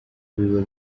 biba